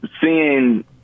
seeing